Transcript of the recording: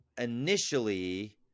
initially